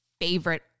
favorite